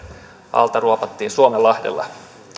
alta ruopattiin suomenlahdella